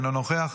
אינו נוכח,